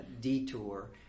detour